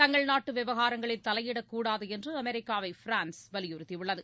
தங்கள் நாட்டு விவகாரங்களில் தலையிடக்கூடாது என்று அமெரிக்காவை பிரான்ஸ் வலியுறுத்தியுள்ளது